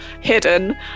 hidden